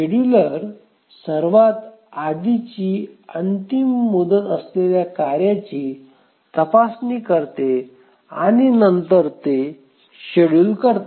scheduler सर्वात आधीची अंतिम मुदत असलेल्या कार्याची तपासणी करते आणि नंतर ते शेड्युल करते